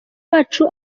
bacu